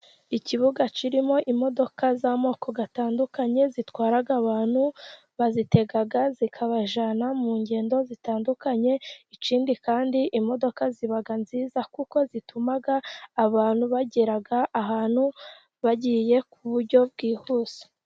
Ikibuga kirimo imodoka z'amoko atandukanye zitwara abantu, bazitega zikabajyana mu ngendo zitandukanye, ikindi kandi imodoka ziba nziza, kuko zituma abantu bagera ahantu bagiye ku buryo bwihuse.